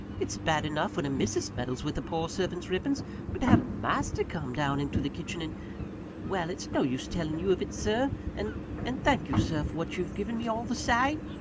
it's bad enough when a missus meddles with a poor servant's ribbons but to have master come down into the kitchen, and well, it's no use telling you of it, sir and and thank you, sir, for what you've given me, all the same!